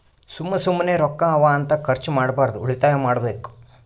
ಸುಮ್ಮ ಸುಮ್ಮನೆ ರೊಕ್ಕಾ ಅವಾ ಅಂತ ಖರ್ಚ ಮಾಡ್ಬಾರ್ದು ಉಳಿತಾಯ ಮಾಡ್ಬೇಕ್